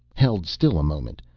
held still a moment,